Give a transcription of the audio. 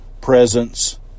presence